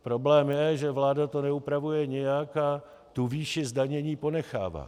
Problém je, že vláda to neupravuje nijak a tu výši zdanění ponechává.